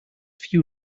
few